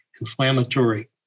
inflammatory